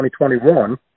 2021